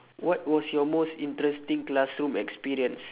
what was your most interesting classroom experience